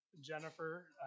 Jennifer